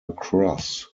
cross